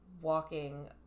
walking